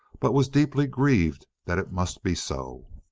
but was deeply grieved that it must be so.